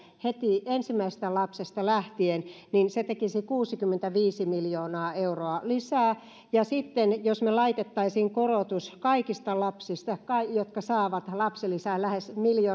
heti ensimmäisestä lapsesta lähtien niin se tekisi kuusikymmentäviisi miljoonaa euroa lisää ja sitten jos laitettaisiin kymmenen euron korotus kaikista lapsista jotka saavat lapsilisää lähes miljoona